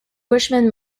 bushman